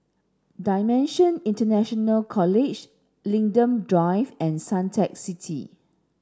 DIMENSIONS International College Linden Drive and Suntec City